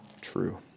true